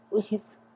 please